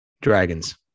Dragons